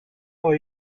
are